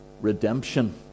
redemption